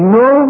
no